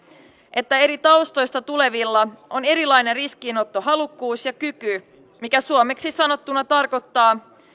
että eri taustoista tulevilla on erilainen riskinottohalukkuus ja kyky mikä suomeksi sanottuna tarkoittaa